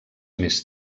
més